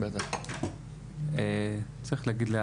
צריך להגיד,